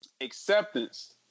acceptance